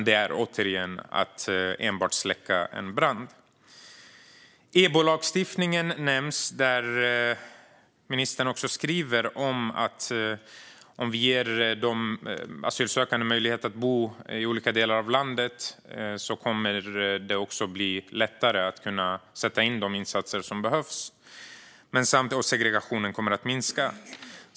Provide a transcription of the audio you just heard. Det är, återigen, enbart att släcka en brand. EBO-lagstiftningen nämns. Ministern säger att om vi ger de asylsökande möjlighet att bo i olika delar av landet kommer det att bli lättare att sätta in de insatser som behövs och segregationen kommer att minska.